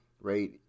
right